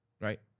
right